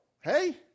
Hey